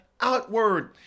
outward